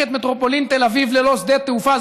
את מטרופולין תל אביב ללא שדה תעופה.